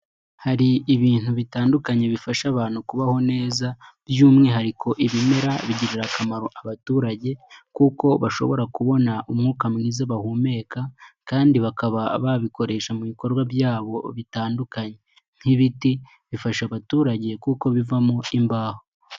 Hari ibintu bitandukanye bifasha abantu kubaho neza by'umwihariko ibimera bigirira akamaro abaturage kuko bashobora kubona umwuka mwiza bahumeka kandi bakaba babikoresha mu bikorwa byabo bitandukanye, nk'ibiti bifasha abaturage kuko bivamo imbaho.